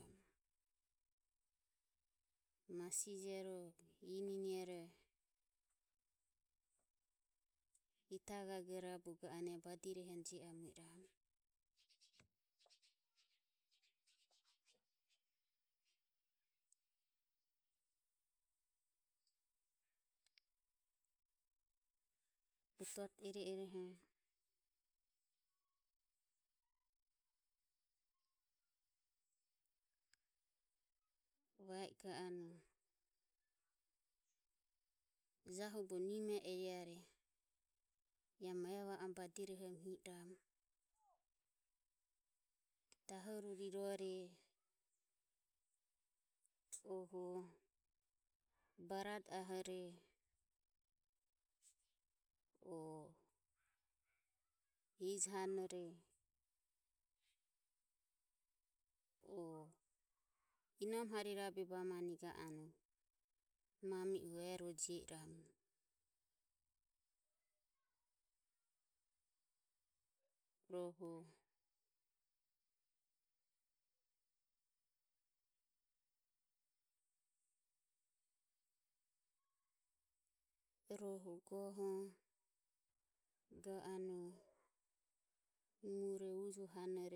Masi jero ininero hita gagoro raburo ga anue e badirohom jio amo iramu. butoto ere eroho vai ga anue johu bo niman eri are ea ma va om badirohom hi e ram dahoru rirore oho barade ahore o ijo hanore o inome hari rabe bamanire ga anue mami ero jio i ramu. Rohu goho ga anue muro ujo hanore.